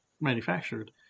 manufactured